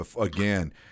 again